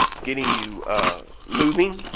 getting you moving,